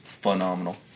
phenomenal